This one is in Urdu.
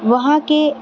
وہاں کے